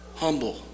Humble